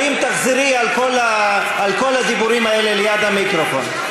האם תחזרי על כל הדיבורים האלה ליד המיקרופון?